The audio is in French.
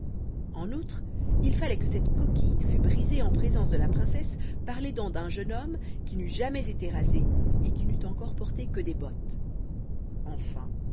en outre il fallait que cette coquille fût brisée en présence de la princesse par les dents d'un jeune homme qui n'eût jamais été rasé et qui n'eût encore porté que des bottes enfin